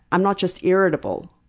i'm not just irritable.